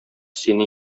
сине